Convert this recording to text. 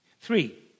Three